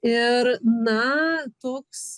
ir na toks